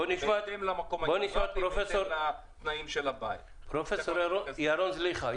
נשמע את פרופסור ירון זליכה,